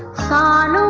sohn,